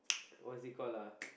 what is it call lah